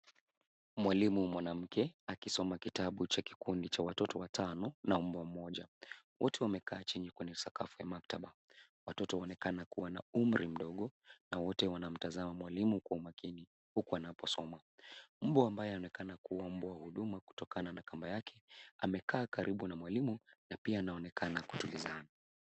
Mwalimu mwanamke, akisoma kitabu cha kikundi cha watoto watano na mbwa mmoja. Wote wamekaa chini kwenye sakafu ya maktaba. Watoto waonekana kuwa na umri mdogo na wote wanamtazama mwalimu kwa umakini huku anaposoma. Mbwa ambaye aonekana kuwa mbwa wa huduma kutokana na kamba yake amekaa karibu na mwalimu na pia anaonekana kutumbuzana.